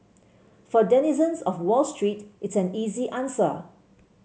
for denizens of Wall Street it's an easy answer